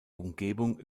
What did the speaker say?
umgebung